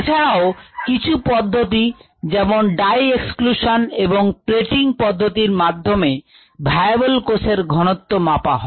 এছাড়াও কিছু পদ্ধতি যেমন ডাই এক্সক্লিউশন এবং প্লেটিং পদ্ধতির মাধ্যমে ভায়াবল কোষের ঘনত্ব মাপা হয়